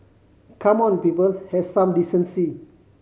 come on people have some decency